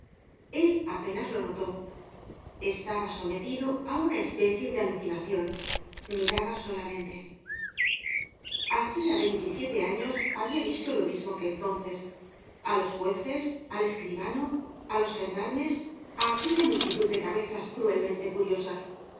el apenas lo notó estaba sometido auna especie de alucinacion miraba solamente hacia veintisiete años habia visto lo mismo que entonces á los jueces al escribano á los gendarmes á aquella multitud de cabezas cruelmente curiosas